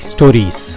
Stories